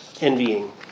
envying